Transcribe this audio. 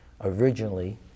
Originally